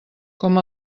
com